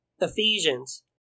Ephesians